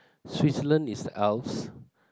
Switzerland is Alps